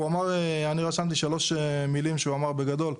הוא אמר, אני רשמתי שלוש מילים שהוא אמר, בגדול.